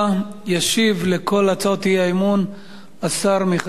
ישיב לכל הצעות האי-אמון השר מיכאל איתן.